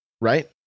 right